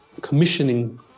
commissioning